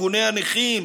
ארגוני הנכים.